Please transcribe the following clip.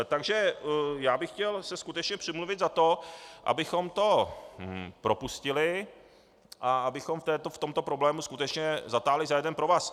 Takže já bych chtěl se skutečně přimluvit za to, abychom to propustili a abychom v tomto problému skutečně zatáhli za jeden provaz.